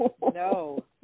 No